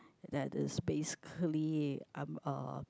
that is basically I'm a